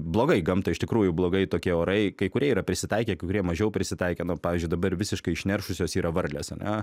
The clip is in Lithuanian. blogai gamtai iš tikrųjų blogai tokie orai kurie yra prisitaikę kai kurie mažiau prisitaikę nu pavyzdžiui dabar visiškai išneršusios yra varlės ane